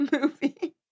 Movie